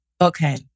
Okay